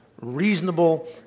reasonable